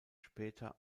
später